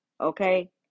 Okay